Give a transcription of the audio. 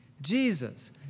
Jesus